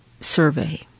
survey